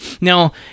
Now